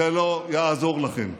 זה לא יעזור לכם.